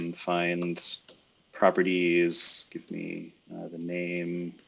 and find properties, give me the name,